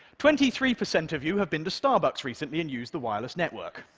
twenty-three percent of you have been to starbucks recently and used the wireless network.